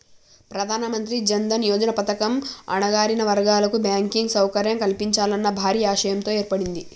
ప్రధానమంత్రి జన్ దన్ యోజన పథకం అణగారిన వర్గాల కు బ్యాంకింగ్ సౌకర్యం కల్పించాలన్న భారీ ఆశయంతో ఏర్పడింది